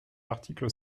l’article